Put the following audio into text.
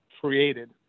created